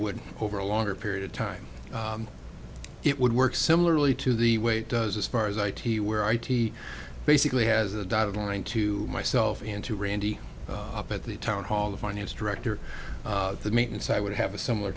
would over a longer period of time it would work similarly to the way it does as far as i t where i t basically has a dotted line to myself and to randy up at the town hall the finance director the maintenance i would have a similar